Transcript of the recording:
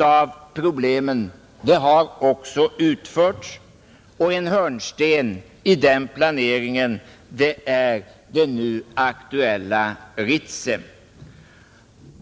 av problemen, har också utförts, och en hörnsten i den planeringen är det nu aktuella Ritsem.